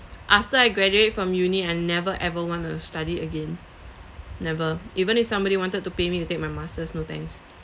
after I graduate from uni I never ever want to study again never even if somebody wanted to pay me to take my masters no thanks